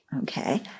Okay